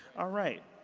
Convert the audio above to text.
ah right.